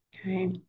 Okay